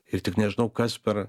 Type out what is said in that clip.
ir tik nežinau kas per